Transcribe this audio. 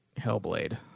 Hellblade